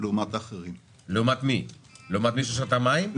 שנעשה על עכברים כי שם יש סוג של תנאי מעבדה.